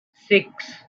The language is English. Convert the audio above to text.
six